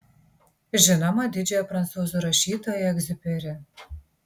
žinoma didžiojo prancūzų rašytojo egziuperi